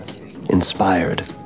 Inspired